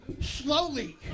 slowly